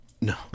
No